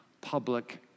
public